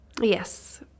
Yes